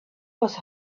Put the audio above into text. was